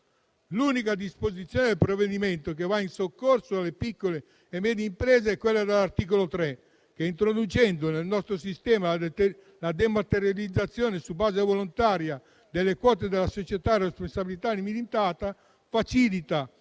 L'unica disposizione del provvedimento che va in soccorso alle piccole e medie imprese è quella dell'articolo 3, che introducendo nel nostro sistema la dematerializzazione su base volontaria delle quote della società a responsabilità limitata, facilita